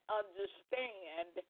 understand